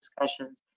discussions